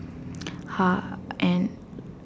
!huh! and